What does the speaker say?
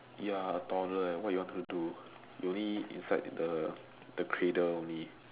ya toddler eh what your'll going to do they only inside the the cradle only